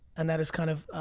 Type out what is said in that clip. and that is kind of,